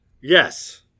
Yes